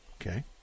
okay